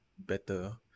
better